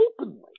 openly